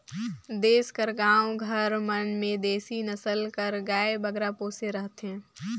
देस कर गाँव घर मन में देसी नसल कर गाय बगरा पोसे रहथें